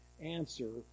answer